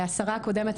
השרה הקודמת,